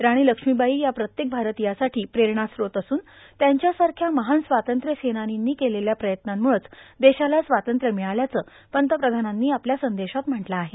राणी लक्ष्मीबाई या प्रत्येक भारतीयासाठी प्रेरणास्रोत असून त्यांच्या सारख्या महान स्वातंत्र्यसेनानींनी केलेल्या प्रयत्नांमुळेच देशाला स्वातंत्र्य र्मिळाल्याचं पंतप्रधानांनी आपल्या संदेशात म्हटलं आहे